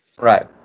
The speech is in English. Right